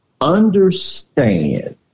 understand